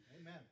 Amen